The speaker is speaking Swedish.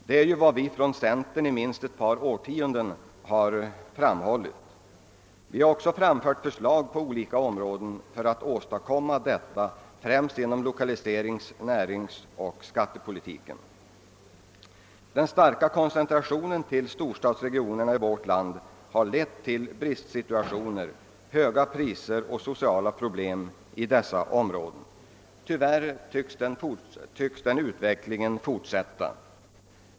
Detta är vad vi från centern under minst ett par årtionden har framhållit. Vi har också framfört förslag på olika områden för att åstadkomma detta främst genom lokaliserings-, näringsoch skattepolitiken. Den starka koncentrationen till storstadsregionerna i vårt land har lett till bristsituationer, höga priser och sociala problem i dessa områden. Tyvärr tycks den utvecklingen fortsätta.